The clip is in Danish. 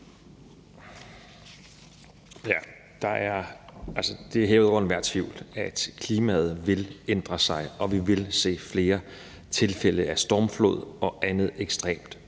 Det er hævet over enhver tvivl, at klimaet vil ændre sig, og at vi vil se flere tilfælde af stormflod og andet ekstremt